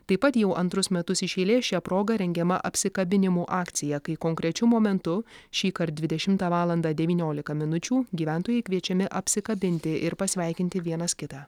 taip pat jau antrus metus iš eilės šia proga rengiama apsikabinimų akcija kai konkrečiu momentu šįkart dvidešimtą valandą devyniolika minučių gyventojai kviečiami apsikabinti ir pasveikinti vienas kitą